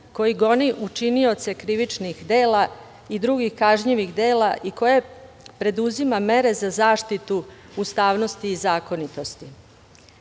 koji goni učinioce krivičnih dela i drugih kažnjivih dela i koje preduzima mere za zaštitu ustavnosti i zakonitosti. Naša